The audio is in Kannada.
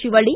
ಶಿವಳ್ಳ